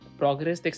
progress